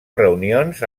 reunions